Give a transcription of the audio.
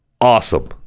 awesome